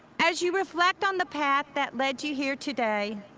as you reflect on the path that led you here today,